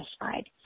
satisfied